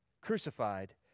crucified